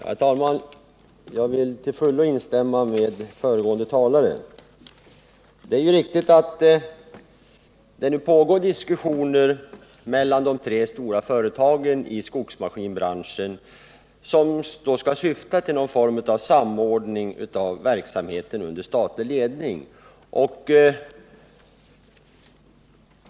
Herr talman! Jag vill till fullo instämma med föregående talare. Det är riktigt att det mellan de tre stora företagen i skogsmaskinsbranschen pågår diskussioner, som syftar till någon form av samordning av verksamheten under statlig ledning.